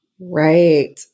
Right